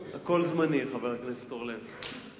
חבר הכנסת אורלב, הכול זמני.